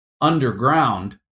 underground